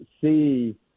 see